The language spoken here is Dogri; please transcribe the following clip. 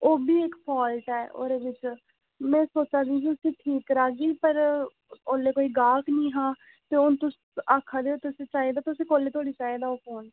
ओह्बी इक फाल्ट ऐ ओह्दे बिच्च मैं सोचा दी ही उसी ठीक करागी पर ओल्ले कोई गाह्क नी हा ते हुन तुस आक्खा दे ओ तुसें चाहिदा तुसें कोल्ले धोड़ी चाहिदा ओह् फोन